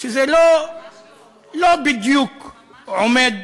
שזה לא בדיוק עומד